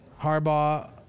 Harbaugh